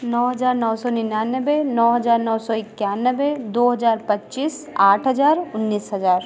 नौ हजार नौ सौ निन्यानवे नौ हजार नौ सौ इक्यानवे दो हजार पच्चीस आठ हजार उन्नीस हजार